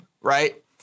right